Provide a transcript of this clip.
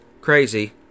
crazy